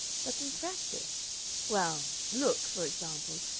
but in practice well, look, for example,